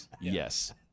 Yes